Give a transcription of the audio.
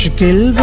kill